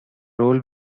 role